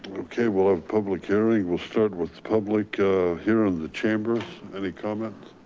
okay, we'll have a public hearing. we'll start with the public here in the chambers. any comments,